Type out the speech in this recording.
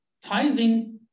Tithing